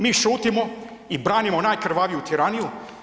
Mi šutimo i branimo najkrvaviju tiraniju.